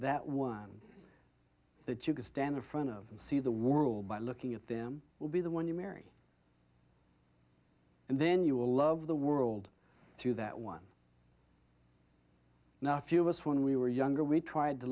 that one that you can stand in front of and see the world by looking at them will be the one you marry and then you will love the world to that one now a few of us when we were younger we tried to